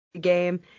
game